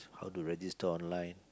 how to register online